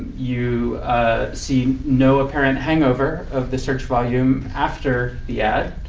you see no apparent hangover of the search volume after the ad.